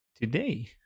today